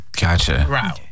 Gotcha